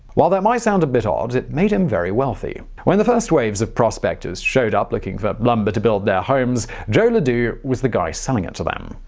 while that might sound a bit odd, it made him very wealthy. when the first waves of prospectors showed up, looking for lumber to build their homes, joe and ladue was the guy selling it to them.